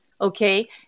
okay